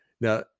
now